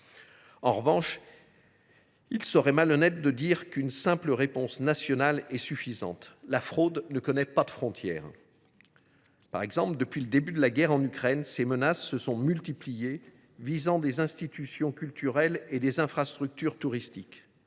En revanche, il serait malhonnête de dire qu’une simple réponse nationale est suffisante. La fraude ne connaît pas de frontières. Ainsi, depuis le début de la guerre en Ukraine, les menaces se sont multipliées, visant des institutions culturelles et des infrastructures touristiques.